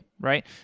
right